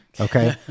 Okay